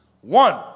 One